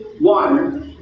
water